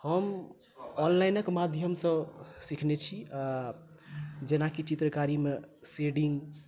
हम ऑनलाइन क माध्यमसँ सीखने छी जेनाकि चित्रकारी मे सेडिंग